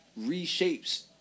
reshapes